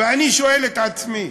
ואני שואל את עצמי: